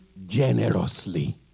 Generously